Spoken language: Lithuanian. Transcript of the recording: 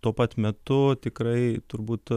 tuo pat metu tikrai turbūt